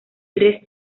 tres